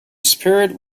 spirit